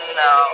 no